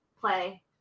play